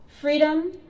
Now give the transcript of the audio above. Freedom